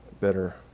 better